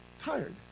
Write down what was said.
tired